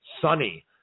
Sunny